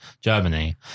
Germany